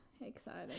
Exciting